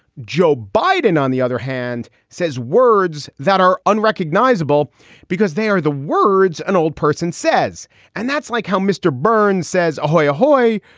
joe biden, on the other hand, says words that are unrecognizable because they are the words an old person says and that's like how mr burns says ahoy ahoy!